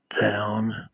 down